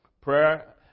Prayer